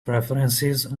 preferences